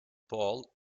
paul